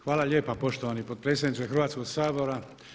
Hvala lijepa poštovani potpredsjedniče Hrvatskog sabora.